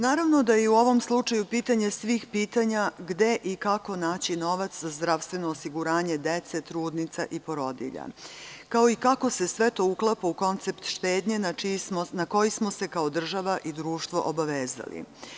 Naravno da je i u ovom slučaju pitanje svih pitanja gde i kako naći novac za zdravstveno osiguranje dece, trudnica i porodilja, kao i to kako se sve to uklapa u koncept štednje, na koji smo se kao država i društvo obavezali.